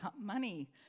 money